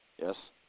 Yes